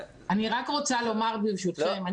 אני רק רוצה לומר, ברשותכם.